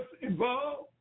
involved